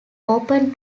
open